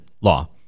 law